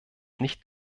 nicht